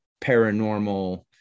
paranormal